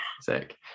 Sick